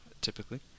Typically